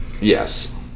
Yes